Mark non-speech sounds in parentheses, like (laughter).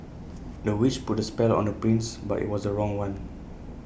the witch put A spell on the prince but IT was A wrong one (noise)